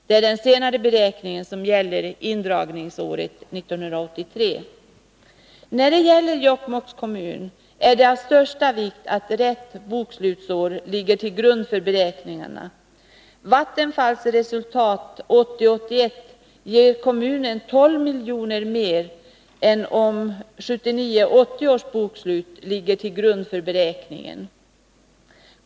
Det är den senare beräkningen som gäller indragningsåret 1983. När det gäller Jokkmokks kommun är det av största vikt att rätt bokslutsår ligger till grund för beräkningarna. Vattenfalls resultat 1980 80 ligger till grund för beräkningen.